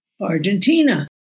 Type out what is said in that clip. Argentina